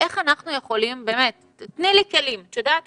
כאמא